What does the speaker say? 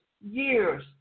years